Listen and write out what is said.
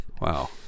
Wow